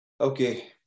okay